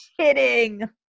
kidding